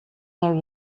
molt